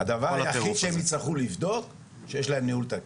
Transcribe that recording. הדבר היחיד שהם יצטרכו לבדוק שיש להם ניהול תקין.